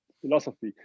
Philosophy